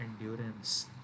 endurance